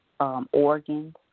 Organs